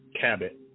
Cabot